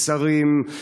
שרים,